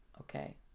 okay